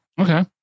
Okay